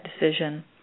decision